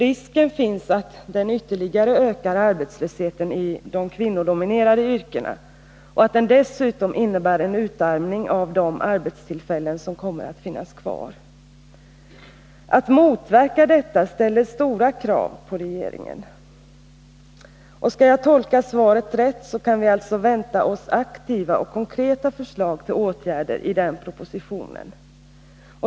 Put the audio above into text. Risken finns att de ytterligare ökar arbetslösheten i de kvinnodominerade yrkena och att de dessutom innebär en utarmning av de arbetstillfällen som kommer att finnas kvar. Att motverka detta ställer stora krav på regeringen. Skall jag tolka svaret rätt, kan vi alltså vänta oss aktiva och konkreta förslag till åtgärder i den propositionen.